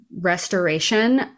restoration